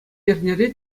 эрнере